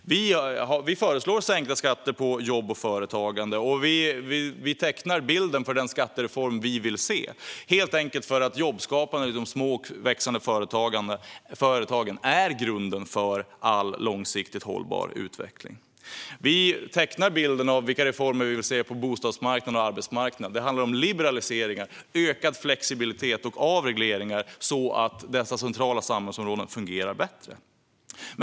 Vi föreslår sänkta skatter på jobb och företagande, och vi tecknar bilden av den skattereform vi vill se, helt enkelt för att jobbskapande i de små och växande företagen är grunden för all långsiktigt hållbar utveckling. Vi tecknar bilden av vilka reformer vi vill se på bostadsmarknaden och arbetsmarknaden. Det handlar om liberaliseringar, ökad flexibilitet och avregleringar så att dessa centrala samhällsområden ska fungera bättre.